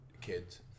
kids